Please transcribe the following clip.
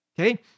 Okay